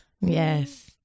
Yes